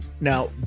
Now